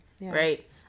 right